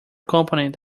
component